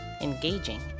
engaging